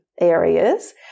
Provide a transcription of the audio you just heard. areas